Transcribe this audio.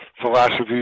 philosophy